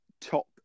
top